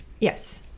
yes